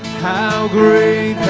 how great